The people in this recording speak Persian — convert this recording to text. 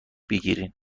بگیرین